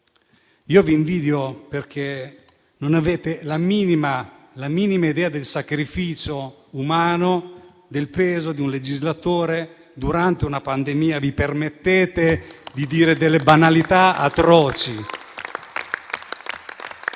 Io li invidio perché non hanno la minima idea del sacrificio umano, del peso di un legislatore durante una pandemia. Eppure si permettono di dire delle banalità atroci.